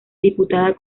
diputada